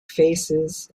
faces